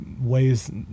ways